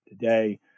today